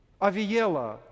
Aviella